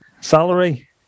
salary